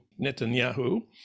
Netanyahu